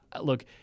Look